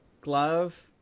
glove